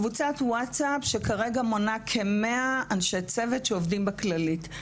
קבוצת ווטסאפ שכרגע מונה מאה אנשי צוות שעובדים בכללית.